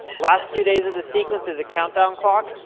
last two days of the sequence is a countdown clock.